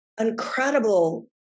incredible